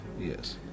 Yes